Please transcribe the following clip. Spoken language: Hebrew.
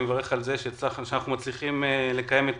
אני מברך על זה שאנחנו מצליחים לקיים את